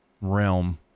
realm